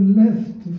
left